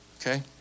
okay